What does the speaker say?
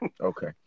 Okay